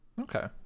Okay